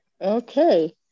Okay